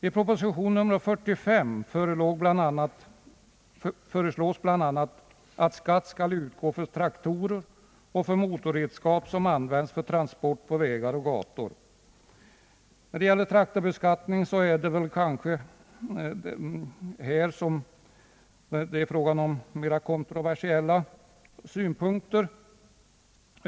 I proposition nr 45 föreslås bl.a. att skatt skall utgå för traktorer och motorredskap som används för transport på vägar och gator. Det är kanske främst beträffande traktorbeskattningen som det råder kontroversiella synpunkter.